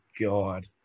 god